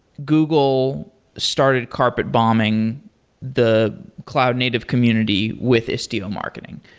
google started carpet bombing the cloud native community with istio marketing.